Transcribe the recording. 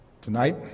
Tonight